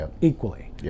equally